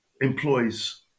employs